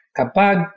kapag